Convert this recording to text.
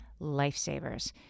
lifesavers